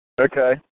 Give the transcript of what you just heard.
Okay